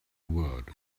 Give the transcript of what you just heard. word